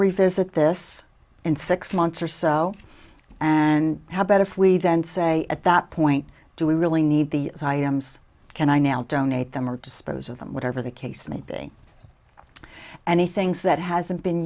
revisit this in six months or so and how about if we then say at that point do we really need the can i now donate them or dispose of them whatever the case may be and he thinks that hasn't been